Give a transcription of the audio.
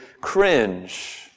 cringe